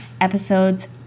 episodes